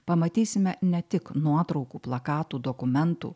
pamatysime ne tik nuotraukų plakatų dokumentų